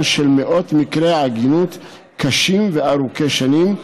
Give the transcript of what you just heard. של מאות מקרי עגינות קשים וארוכי שנים,